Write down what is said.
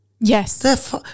Yes